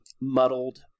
muddled